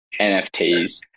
NFTs